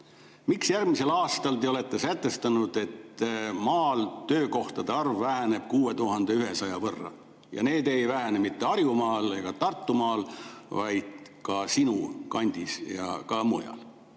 miks järgmisel aastal te olete sätestanud, et maal töökohtade arv väheneb 6100 võrra? Ja need ei vähene mitte Harjumaal ega Tartumaal, vaid ka sinu kandis ja ka mujal.